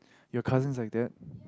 your cousin's like that